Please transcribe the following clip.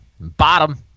Bottom